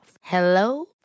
Hello